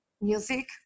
Music